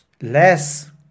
less